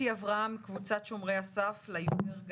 אתי אברהם, קבוצת שומרי הסף לעיוור.